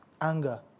anger